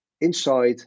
inside